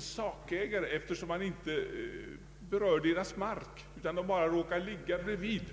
sakägare därför att deras mark inte berörs utan bara råkar ligga bredvid.